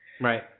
Right